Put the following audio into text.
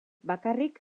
bakarrik